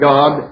God